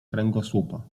kręgosłupa